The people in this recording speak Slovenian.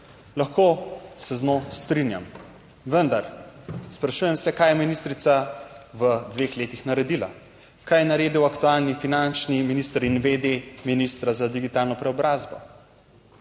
Lahko se z njo strinjam, vendar sprašujem se kaj je ministrica v dveh letih naredila? Kaj je naredil aktualni finančni minister in vede ministra za digitalno preobrazbo?